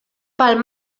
pel